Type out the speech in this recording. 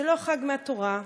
זה לא חג מהתורה,